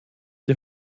die